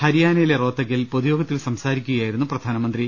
ഹരിയാനയിലെ റോത്തഗിൽ പൊതുയോഗത്തിൽ സംസാരിക്കുകയായിരുന്നു പ്രധാനമന്ത്രി